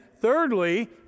thirdly